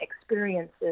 experiences